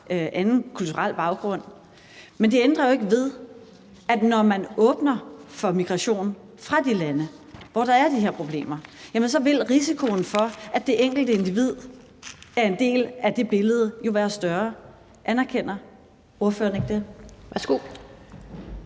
anden kulturel baggrund, men det ændrer jo ikke ved, at når man åbner for migration fra de lande, hvor der er de her problemer, jamen så vil risikoen for, at det enkelte individ er en del af det billede, jo være større. Anerkender ordføreren ikke det? Kl.